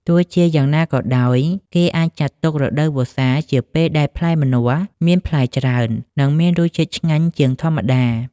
ទោះជាយ៉ាងណាក៏ដោយ គេអាចចាត់ទុក រដូវវស្សា ជាពេលដែលផ្លែម្នាស់មានផ្លែច្រើន និងមានរសជាតិឆ្ងាញ់ជាងធម្មតា។